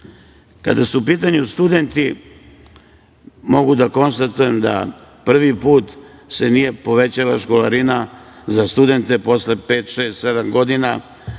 naše. Kada su u pitanju studenti, mogu da konstatujem da se prvi put nije povećala školarina za studente posle pet, šest, sedam godina.